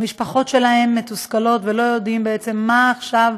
המשפחות שלהם מתוסכלות ולא יודעים בעצם מה עכשיו,